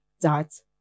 dot